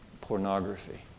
Pornography